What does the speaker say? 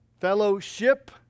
Fellowship